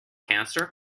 cancer